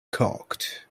cocked